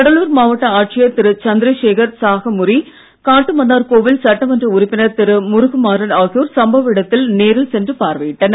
கடலூர் மாவட்ட ஆட்சியர் திரு சந்திரசேகர் சாகமூரி காட்டுமன்னார்கோவில் சட்டமன்ற உறுப்பினர் திரு முருகுமாறன் ஆகியோர் சம்பவ இடத்தில் நேரில் சென்று பார்வையிட்டனர்